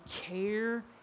care